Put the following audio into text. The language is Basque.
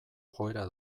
joera